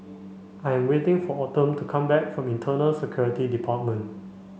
I'm waiting for Autumn to come back from Internal Security Department